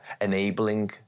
enabling